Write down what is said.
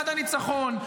עד הניצחון,